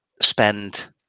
spend